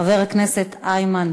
חבר הכנסת איימן